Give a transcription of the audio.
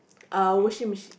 uh washing machine